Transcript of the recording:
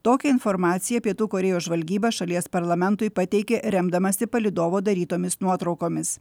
tokią informaciją pietų korėjos žvalgyba šalies parlamentui pateikė remdamasi palydovo darytomis nuotraukomis